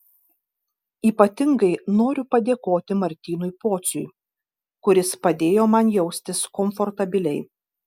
ypatingai noriu padėkoti martynui pociui kuris padėjo man jaustis komfortabiliai